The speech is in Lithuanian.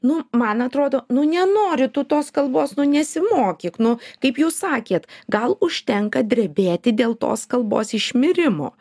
nu man atrodo nu nenori tos kalbos nu nesimokyk nu kaip jūs sakėt gal užtenka drebėti dėl tos kalbos išmirimo